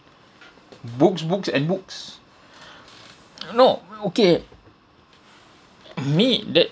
books books and books no okay meet that